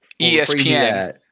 ESPN